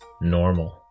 normal